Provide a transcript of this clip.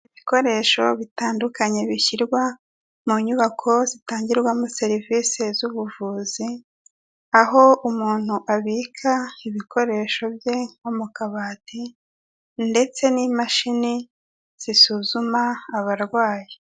Ibikoresho bitandukanye bishyirwa mu nyubako zitangirwamo serivisi z'ubuvuzi, aho umuntu abika ibikoresho bye nko mu kabati, ndetse n'imashini zisuzuma abarwayi.